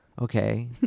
okay